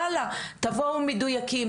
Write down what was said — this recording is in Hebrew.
וואלה תבואו מדויקים,